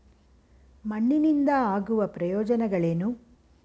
ಮಣ್ಣಿನಿಂದ ಆಗುವ ಪ್ರಯೋಜನಗಳೇನು?